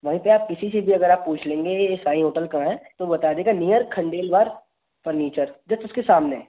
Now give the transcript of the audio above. वहीं पर आप किसी से भी अगर आप पूछ लेंगे साई होटल कहाँ है तो वह बता देगा नीयर खंडेलवाल फ़र्नीचर जस्ट उसके सामने